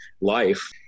life